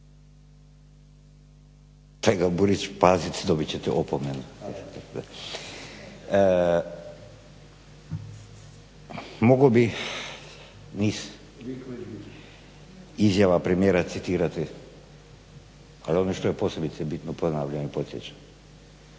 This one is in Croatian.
rada)** Buriću pazite dobit ćete opomenu. Mogao bih niz izjava premijera citirati ali ono što je posebice bitno ponavljam i podsjećam,